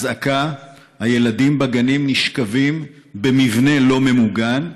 אזעקה, הילדים בגנים נשכבים במבנה לא ממוגן,